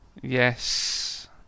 yes